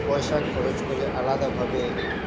পয়সা খরচ করে আলাদাভাবে